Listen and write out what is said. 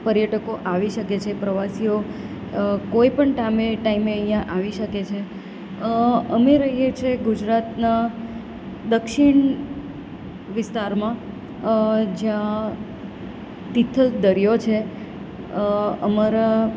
પર્યટકો આવી શકે છે પ્રવાસીઓ કોઈપણ ટામે ટાઈમે અહીંયા આવી શકે છે અમે રહીએ છીએ ગુજરાતના દક્ષિણ વિસ્તારમાં જ્યાં તિથલ દરિયો છે અમારા